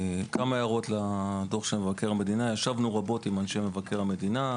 כמה הערות לדוח מבקר המדינה ישבנו רבות עם אנשי מבקר המדינה,